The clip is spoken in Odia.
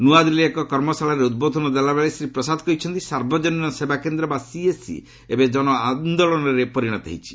ନ୍ତଆଦିଲ୍ଲୀରେ ଏକ କର୍ମଶାଳାରେ ଉଦ୍ବୋଧନ ଦେଲାବେଳେ ଶ୍ରୀ ପ୍ରସାଦ କହିଛନ୍ତି ସାର୍ବଜନୀନ ସେବା କେନ୍ଦ୍ର ବା ସିଏସ୍ସି ଏବେ ଜନଆନ୍ଦୋଳନରେ ପରିଣତ ହୋଇଛି